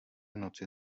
noci